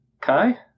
Kai